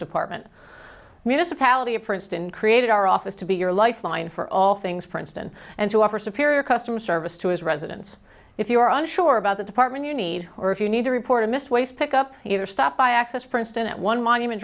department municipality of princeton created our office to be your lifeline for all things princeton and to offer superior customer service to his residents if you are unsure about the department you need or if you need to report a missed waste pick up either stop by access princeton at one monument